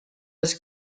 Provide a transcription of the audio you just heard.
his